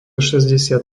šesťdesiat